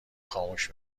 خاموش